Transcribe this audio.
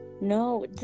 No